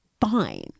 fine